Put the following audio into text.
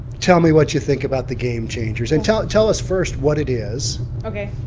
tell me what you think about the game changers, and tell tell us first what it is. okay.